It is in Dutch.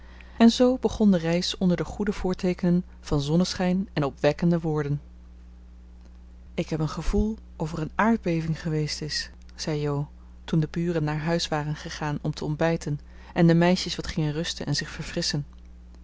en zoo begon de reis onder de goede voorteekenen van zonneschijn en opwekkende woorden ik heb een gevoel of er een aardbeving geweest is zei jo toen de buren naar huis waren gegaan om te ontbijten en de meisjes wat gingen rusten en zich verfrisschen